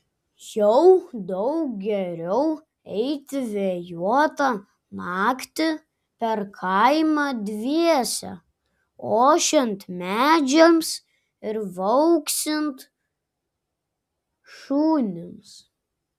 jau daug geriau eiti vėjuotą naktį per kaimą dviese ošiant medžiams ir viauksint šunims